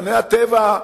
הטבע,